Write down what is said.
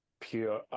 pure